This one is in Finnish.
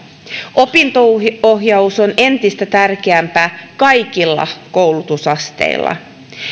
opinto ohjaus on entistä tärkeämpää kaikilla koulutusasteilla